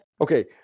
Okay